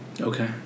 Okay